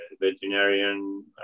veterinarian